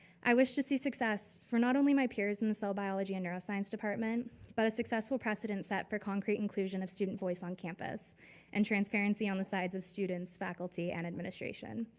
i wish to see success for not only my peers in cell biology and neuroscience department but a successful precedent set for concrete inclusion of student voice on campus and transparency on the side of students, faculty and administration.